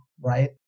right